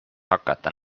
hakata